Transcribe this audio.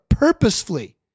purposefully